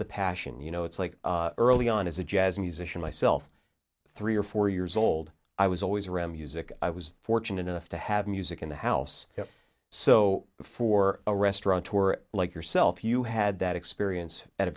the passion you know it's like early on as a jazz musician myself three or four years old i was always around music i was fortunate enough to have music in the house so for a restaurant tour like yourself you had that experience at a